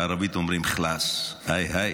בערבית אומרים: חלאס היי היי,